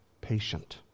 patient